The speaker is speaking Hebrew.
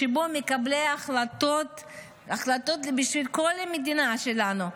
שבו נמצאים מקבלי ההחלטות בשביל כל המדינה שלנו,